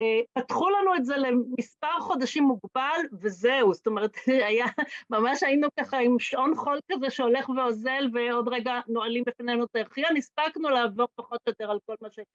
פתחו לנו את זה למספר חודשים מוגבל וזהו, זאת אומרת היה, ממש היינו ככה עם שעון חול כזה שהולך ואוזל ועוד רגע נועלים בפנינו את הארכיון, הספקנו לעבור פחות או יותר על כל מה ש...